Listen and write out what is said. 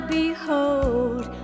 behold